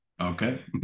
Okay